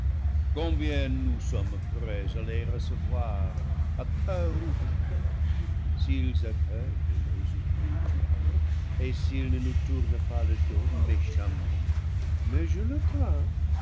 combien nous sommes prêts à les recevoir à coeur ouvert s'ils accueillent nos ouvertures et s'ils ne nous tournent pas le clos méchamment mais je le crains